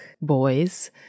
boys